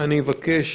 לטקו,